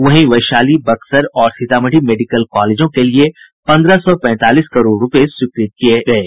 वहीं वैशाली बक्सर और सीतामढ़ी मेडिकल कॉलेजों के लिए पन्द्रह सौ पैंतालीस करोड़ रूपये स्वीकृत किये हैं